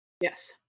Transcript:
Yes